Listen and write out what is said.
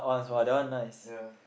that was yeah